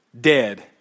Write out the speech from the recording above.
dead